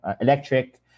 electric